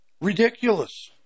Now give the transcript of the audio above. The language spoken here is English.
Ridiculous